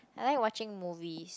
I like watching movies